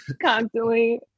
constantly